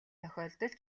тохиолдол